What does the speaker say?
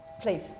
please